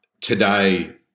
Today